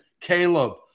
Caleb